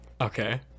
Okay